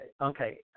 okay